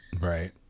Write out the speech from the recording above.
right